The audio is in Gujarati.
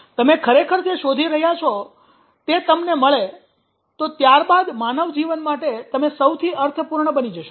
તમે ખરેખર જે શોધી રહ્યા છો તે તમને મળે તો ત્યાર બાદ માનવ જીવન માટે તમે સૌથી અર્થપૂર્ણ બની જશો